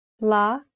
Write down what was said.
la